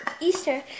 Easter